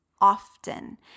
often